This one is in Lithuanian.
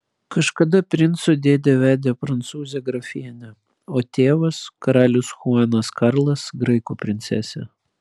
kažkada princo dėdė vedė prancūzę grafienę o tėvas karalius chuanas karlas graikų princesę